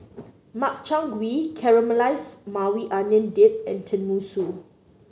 Makchang Gui Caramelized Maui Onion Dip and Tenmusu